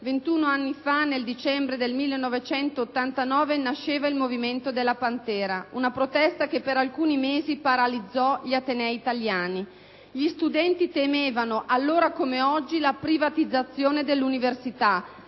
anni fa, nel dicembre del 1989, nasceva il movimento della "Pantera", una protesta che per alcuni mesi paralizzò gli atenei italiani. Gli studenti temevano, allora come oggi, la privatizzazione dell'università,